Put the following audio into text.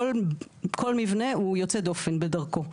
כל מבנה הוא יוצא דופן בדרכו.